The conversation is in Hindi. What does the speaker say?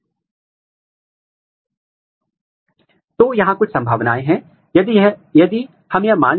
यदि आप हमारे पिछले व्याख्यान में से एक को याद करते हैं तो हमने चर्चा की है कि दो प्रकार के प्रमोटर रिपोर्टर ऐसे हो सकते हैं